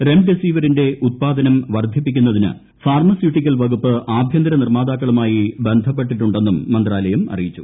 റെംഡെസിവിറിന്റെ വർദ്ധിപ്പിക്കുന്നതിന് ഉത്പാദനം ഫാർമസ്യൂട്ടിക്കൽ വകുപ്പ് ആഭ്യന്തര നിർമ്മാതാക്കളുമായി ബന്ധപ്പെട്ടിട്ടുണ്ടെന്നും മന്ത്രാലയം അറിയിച്ചു